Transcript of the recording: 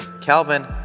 Calvin